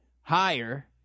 higher